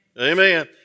Amen